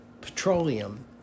petroleum